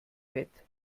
bett